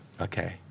Okay